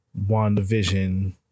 WandaVision